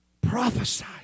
Prophesy